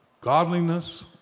Godliness